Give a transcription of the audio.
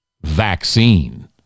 vaccine